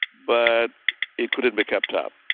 but it couldn't be kept up.